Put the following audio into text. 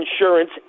insurance